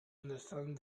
understand